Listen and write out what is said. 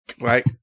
Right